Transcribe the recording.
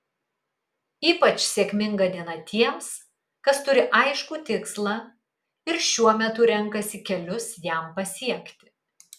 ypač sėkminga diena tiems kas turi aiškų tikslą ir šiuo metu renkasi kelius jam pasiekti